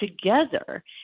together